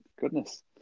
Goodness